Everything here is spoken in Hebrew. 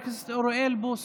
הודעה למזכירת הכנסת.